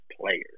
players